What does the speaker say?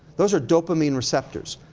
those are dopamine receptors.